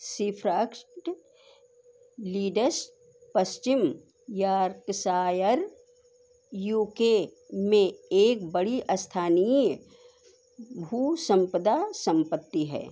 सीफ्रास्ट Leeds पश्चिम Yorkshire U K में एक बड़ी अस्थानीय भूसम्पदा सम्पत्ति है